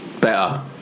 better